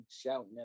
shouting